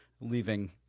leaving